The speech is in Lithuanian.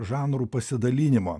žanrų pasidalinimo